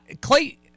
Clay